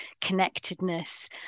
connectedness